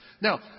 Now